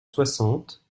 soixante